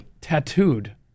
tattooed